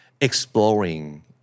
exploring